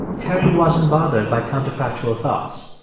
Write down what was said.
terry wasn't bothered by counterfactual thoughts.